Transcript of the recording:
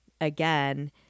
Again